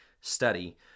study